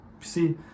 See